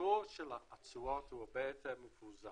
הפיזור של התשואות הוא הרבה יותר מפוזר